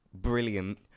brilliant